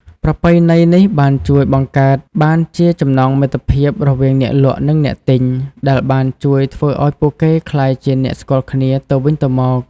ប្រពៃណីនេះបានជួយបង្កើតបានជាចំណងមិត្តភាពរវាងអ្នកលក់នឹងអ្នកទិញ ដែលបានជួយធ្វើឲ្យពួកគេក្លាយជាអ្នកស្គាល់គ្នាទៅវិញទៅមក។